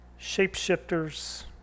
shapeshifters